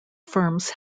firms